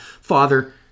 Father